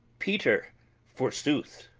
peter forsooth